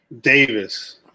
Davis